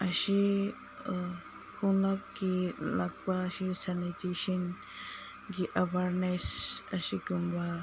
ꯑꯁꯤ ꯈꯣꯡꯀꯥꯞꯀꯤ ꯂꯥꯛꯄꯁꯨ ꯁꯦꯅꯤꯇꯦꯁꯟꯒꯤ ꯑꯦꯋꯥꯔꯅꯦꯁ ꯑꯁꯤꯒꯨꯝꯕ